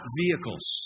vehicles